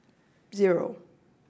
zero